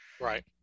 Right